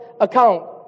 account